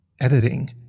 editing